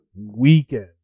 weekend